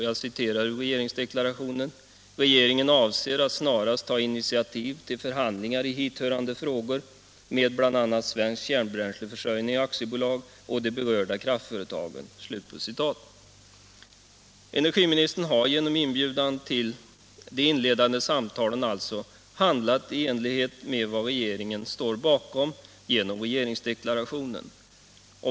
Jag citerar ur regeringsdeklarationen: ”Regeringen avser att snarast ta initiativ till förhandlingar i hithörande frågor med bl.a. Svensk Kärnbränsleförsörjning AB och de berörda kraftföretagen.” Energiministern har genom inbjudan till de inledande samtalen alltså handlat i enlighet med vad regeringen står bakom genom regeringsdeklarationen.